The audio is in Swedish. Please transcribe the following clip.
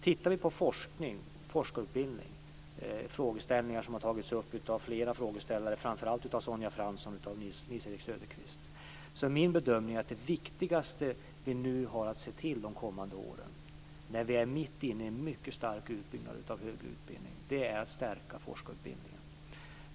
Frågan om forskning och forskarutbildning har tagits upp av flera frågeställare, framför allt av Sonja Fransson och Nils-Erik Söderqvist. Min bedömning är att det viktigaste som vi har att se till under de kommande åren - när vi är mitt inne i en period av mycket stor utbyggnad av högre utbildning - är att stärka forskarutbildningen.